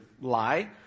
lie